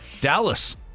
dallas